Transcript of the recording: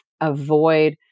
avoid